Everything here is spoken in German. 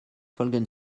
folgen